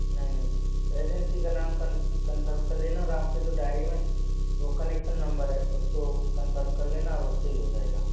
नहीं नहीं एजेंसी का नाम कन्फर्म कर लेना और आपके जो डायरी में वो कनेक्शन नंबर है उसको कन्फर्म कर लेना और उससे ही हो जाएगा